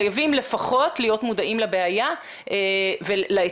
חייבים לפחות להיות מודעים לבעיה ולאתגרים.